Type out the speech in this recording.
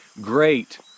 great